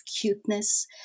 cuteness